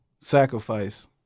sacrifice